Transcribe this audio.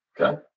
Okay